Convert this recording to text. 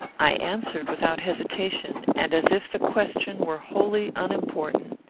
i answered, without hesitation, and as if the question were wholly unimportant,